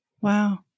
wow